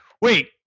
wait